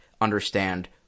understand